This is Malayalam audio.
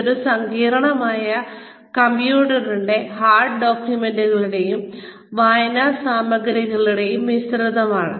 ഇതൊരു സങ്കീർണ്ണമായ കമ്പ്യൂട്ടറിന്റെ ഹാർഡ് ഡോക്യുമെന്റുകളുടെയും വായനാ സാമഗ്രികളുംടെയും മിശ്രിതമാണ്